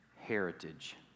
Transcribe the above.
heritage